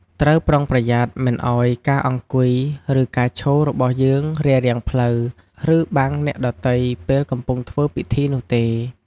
ត្រូវប្រុងប្រយ័ត្នមិនឲ្យការអង្គុយ ឬការឈររបស់យើងរារាំងផ្លូវ ឬបាំងអ្នកដទៃពេលកំពុងធ្វើពិធីនោះទេ។